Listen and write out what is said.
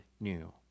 new